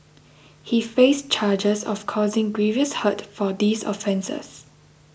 he faced charges of causing grievous hurt for these offences